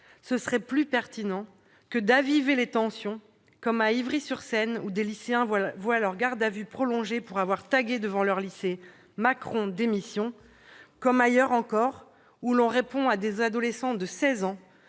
Cela serait plus pertinent que d'aviver les tensions, comme à Ivry-sur-Seine, où des lycéens voient leur garde à vue prolongée pour avoir tagué devant leur lycée « Macron démission », ou, ailleurs encore, où l'on répond à des adolescents de seize ans